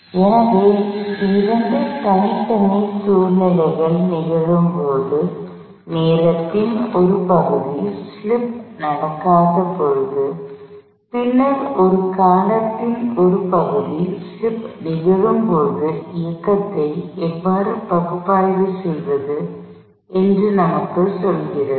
எனவே இரண்டு தனித்தனி சூழ்நிலைகள் நிகழும்போது நேரத்தின் ஒரு பகுதி ஸ்லிப் நடக்காதபோது பின்னர் ஒரு காலத்தின் ஒரு பகுதி ஸ்லிப் நிகழும் போது இயக்கத்தை எவ்வாறு பகுப்பாய்வு செய்வது என்று இது நமக்குச் சொல்கிறது